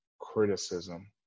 criticism